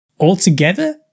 Altogether